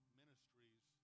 ministries